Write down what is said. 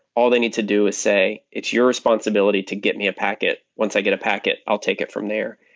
all they need to do is say, it's your responsibility to get me a packet. once i get a packet, i'll take it from there.